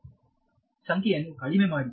ವಿದ್ಯಾರ್ಥಿ ಸಂಖ್ಯೆಯನ್ನು ಕಡಿಮೆ ಮಾಡಿ